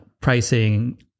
pricing